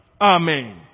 Amen